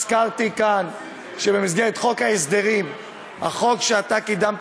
הזכרתי כאן שבמסגרת חוק ההסדרים החוק שקידמת